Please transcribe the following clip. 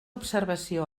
observació